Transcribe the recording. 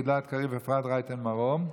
גלעד קריב ואפרת רייטן מרום.